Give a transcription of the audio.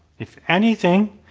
if anything,